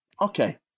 Okay